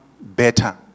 better